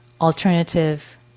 Alternative